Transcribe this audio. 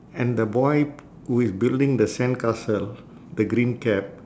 and the boy who is building the sandcastle the green cap